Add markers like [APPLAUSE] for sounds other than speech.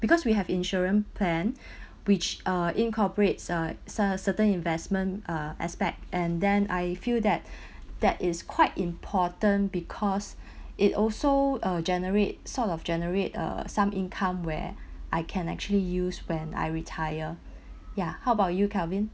because we have insurance plan [BREATH] which uh incorporates uh cert~ certain investment uh aspect and then I feel that [BREATH] that is quite important because [BREATH] it also uh generate sort of generate uh some income where I can actually use when I retire ya how about you kelvin